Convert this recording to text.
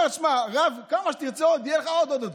אומר, שמע, "רב" כמה שתרצה עוד יהיה לך עוד, עודד.